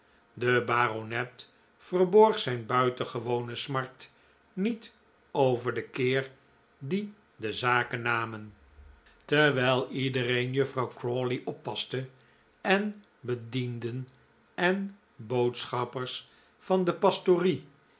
de baronet verborg zijn buitengewone smart niet over den keer dien de zaken namen terwijl iedereen juffrouw crawley oppaste en bedienden en boodschappers van de pastorie